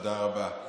תודה רבה.